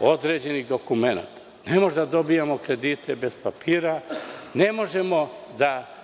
određenih dokumenata. Ne možemo da dobijemo kredite bez papira, ne možemo da